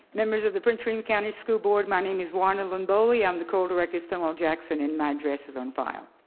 members of the prince william county school board, my name is wanda lynne boley, i'm the school director of stonewall jackson and my address is on file.